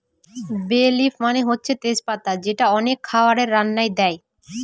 বে লিফ মানে হচ্ছে তেজ পাতা যেটা অনেক খাবারের রান্নায় দেয়